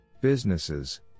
Businesses